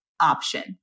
option